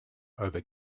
over